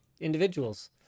individuals